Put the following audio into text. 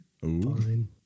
Fine